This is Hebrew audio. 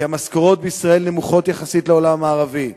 כי המשכורות בישראל נמוכות יחסית לעולם המערבי,